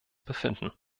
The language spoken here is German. befinden